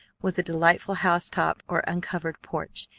was a delightful housetop or uncovered porch,